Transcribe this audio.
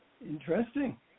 Interesting